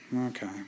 okay